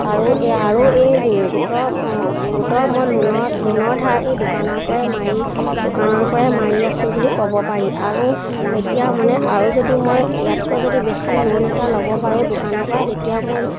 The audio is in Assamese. আৰু এই আৰু এই গোটৰ গোটৰ মই লোনৰ লোনৰ ধাৰ এই দোকানৰ পৰাই মাৰি দোকানৰ পৰাই মাৰি আছোঁ বুলি ক'ব পাৰি আৰু এতিয়া মানে আৰু যদি মই ইয়াতকৈ যদি বেছি লোন এটা ল'ব পাৰোঁ দোকানৰ পৰা তেতিয়া মোৰ